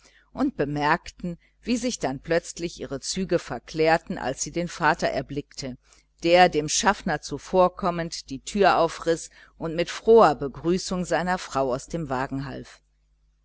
und bemerkten wie sich dann plötzlich ihre züge verklärten als sie den vater erblickte der dem schaffner zuvorkommend die türe ausriß und mit froher begrüßung seiner frau aus dem wagen half